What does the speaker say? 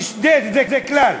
זה כלל: